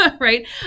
Right